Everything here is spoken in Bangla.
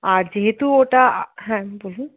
আর যেহেতু ওটা হ্যাঁ বলুন